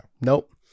Nope